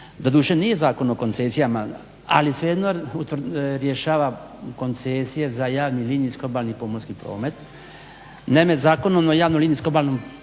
doduše nije Zakon o koncesijama, ali svejedno rješava koncesije za javni linijski obalni pomorski promet. Naime, Zakonom o javnom linijskom obalnom